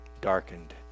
darkened